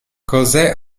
josé